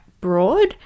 broad